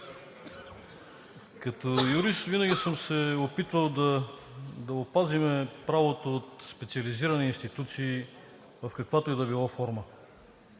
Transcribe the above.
Като юрист винаги съм се опитвал да опазвам правото от специализирани институции, в каквато и да е било форма.